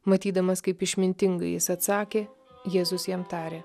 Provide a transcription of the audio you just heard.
matydamas kaip išmintingai jis atsakė jėzus jam tarė